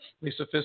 Lisa